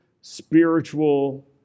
spiritual